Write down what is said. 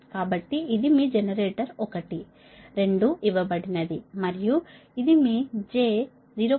కాబట్టి ఇది మీ జెనరేటర్ ఒకటి రెండు ఇవ్వబడినది మరియు ఇది మీ j 0